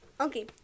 okay